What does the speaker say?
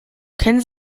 kennen